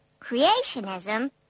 Creationism